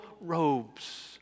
robes